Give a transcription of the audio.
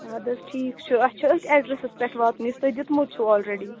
اَدٕ حظ ٹھیٖک چھُ اَسہِ چھُ أتھۍ ایٚڈرَسس پٮ۪ٹھ واتُن یُس تۄہہِ دیُتمُت چھُو آلریڈی